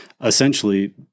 essentially